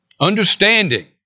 understanding